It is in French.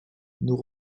nous